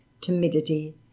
timidity